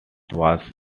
was